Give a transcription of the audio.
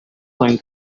going